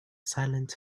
silent